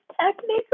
Technically